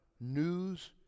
news